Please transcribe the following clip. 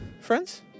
friends